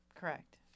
Correct